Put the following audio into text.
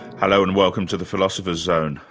hello and welcome to the philosopher's zone.